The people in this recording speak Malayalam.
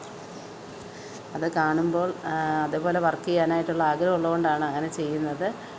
അത് കാണുമ്പോൾ അതേപോലെ വർക്ക്യ്യാനായിട്ടുള്ള ആഗ്രഹമുള്ളതുകൊണ്ടാണ് അങ്ങനെ ചെയ്യുന്നത്